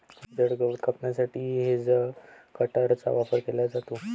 जड गवत कापण्यासाठी हेजकटरचा वापर केला जातो